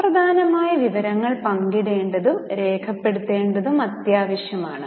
സുപ്രധാനമായ വിവരങ്ങൾ പങ്കിടേണ്ടതും രേഖപ്പെടുത്തേണ്ടതും അത്യാവശ്യമാണ്